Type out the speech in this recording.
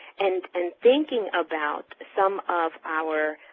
and and thinking about some of our